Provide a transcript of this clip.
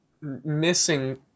missing